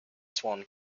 swan